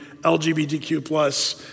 LGBTQ+